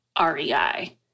REI